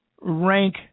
rank